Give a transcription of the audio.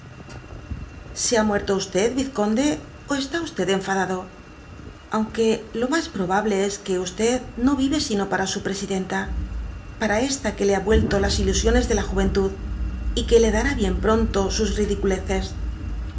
se ha muerto vizconde ó está enfadado aunque lo mas probable es que no vive sinopara su presidenta pura esta que le ha yüeltolas ilusiones de la juventud y que le dará bjen pronto sus ridiculeces